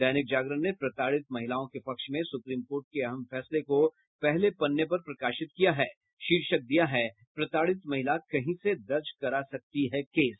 दैनिक जागरण ने प्रताड़ित महिलाओं के पक्ष में सुप्रीम कोर्ट के अहम फैसले को पहले पन्ने पर प्रकाशित किया है शीर्षक है प्रताड़ित महिला कहीं से दर्ज करा सकती केस